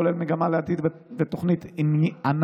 כולל מגמה לעתיד ותוכנית ענ"ן,